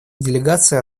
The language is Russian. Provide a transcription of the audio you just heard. делегация